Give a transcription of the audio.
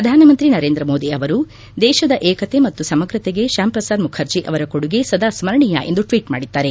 ಪ್ರಧಾನಮಂತ್ರಿ ನರೇಂದ್ರಮೋದಿ ಅವರು ದೇಶದ ಏಕತೆ ಮತ್ತು ಸಮಗ್ರತೆಗೆ ಶ್ವಾಮ್ ಪ್ರಸಾದ್ ಮುಖರ್ಜಿ ಅವರ ಕೊಡುಗೆ ಸದಾ ಸ್ಕರಣೀಯ ಎಂದು ಟ್ವೀಟ್ ಮಾಡಿದ್ದಾರೆ